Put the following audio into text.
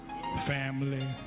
family